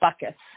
buckets